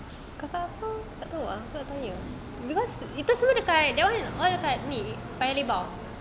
kakak aku tak tahu ah aku tak tanya because itu semua dekat they all dekat ni paya lebar